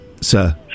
sir